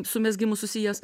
su mezgimu susijęs